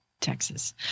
Texas